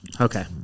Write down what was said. Okay